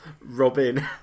Robin